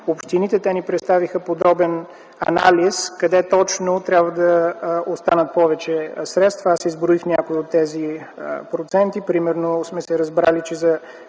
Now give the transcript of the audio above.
общините. Те ни представиха подробен анализ къде точно трябва да останат повече средства. Аз изброих някои от тези проценти. Разбрали сме се, че за